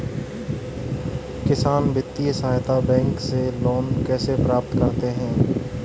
किसान वित्तीय सहायता बैंक से लोंन कैसे प्राप्त करते हैं?